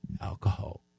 alcohol